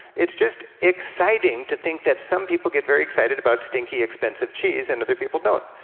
it's just exciting to think that some people get very excited about stinky, expensive cheese and other people don't.